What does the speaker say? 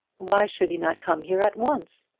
why should he not come here at once?